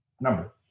number